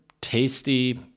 tasty